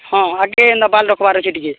ହଁ ଆଜି ନେବାରେ ଲୋକ ଅଛି ଟିକେ